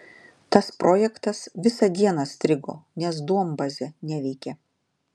tas projektas visą dieną strigo nes duombazė neveikė